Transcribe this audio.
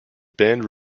band